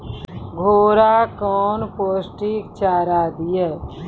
घोड़ा कौन पोस्टिक चारा दिए?